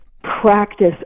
Practice